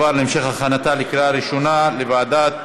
להמשך הכנתה לקריאה ראשונה לוועדת החוקה,